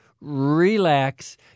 relax